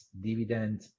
dividend